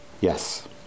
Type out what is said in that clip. Yes